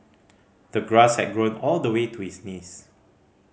the grass had grown all the way to his knees